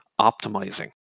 optimizing